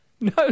No